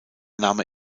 name